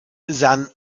san